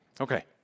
Okay